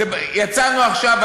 יצאנו עכשיו,